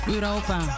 Europa